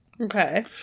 Okay